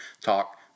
Talk